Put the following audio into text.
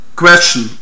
question